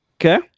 Okay